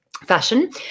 Fashion